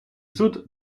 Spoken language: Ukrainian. суд